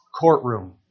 courtroom